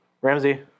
Ramsey